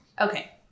Okay